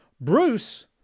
Bruce